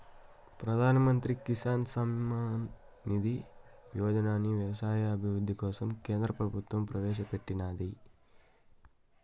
ప్రధాన్ మంత్రి కిసాన్ సమ్మాన్ నిధి యోజనని వ్యవసాయ అభివృద్ధి కోసం కేంద్ర ప్రభుత్వం ప్రవేశాపెట్టినాది